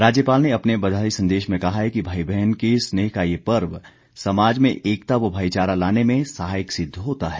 राज्यपाल ने अपने बधाई संदेश में कहा कि भाई बहन के स्नेह का ये पर्व समाज में एकता व भाईचारा लाने में सहायक सिद्ध होता है